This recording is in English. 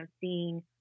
seeing